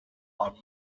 are